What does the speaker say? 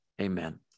Amen